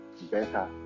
better